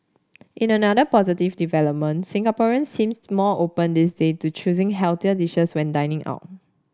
in another positive development Singaporeans seem more open these days to choosing healthier dishes when dining out